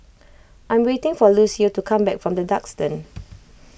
I am waiting for Lucio to come back from the Duxton